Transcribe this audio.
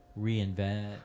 reinvent